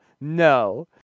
No